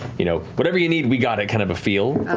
you know whatever you need, we got it, kind of a feel.